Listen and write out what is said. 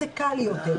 זה קל יותר.